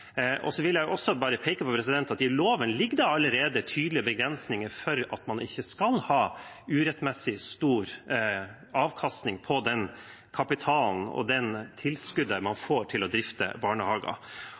vil jeg bare peke på at i loven ligger det allerede tydelige begrensninger om at man ikke skal ha urettmessig stor avkastning på den kapitalen og det tilskuddet man får til å drifte barnehager. Det er